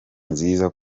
nziza